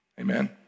Amen